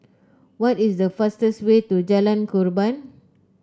what is the fastest way to Jalan Korban